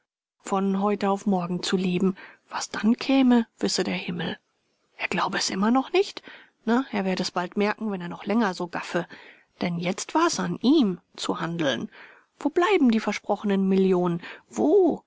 von heute auf morgen zu leben was dann käme wisse der himmel er glaube es immer noch nicht na er werde es bald merken wenn er noch länger so gaffe denn jetzt war's an ihm zu handeln wo bleiben die versprochenen millionen wo